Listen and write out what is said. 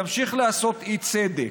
ימשיך להיעשות אי-צדק.